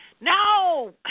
no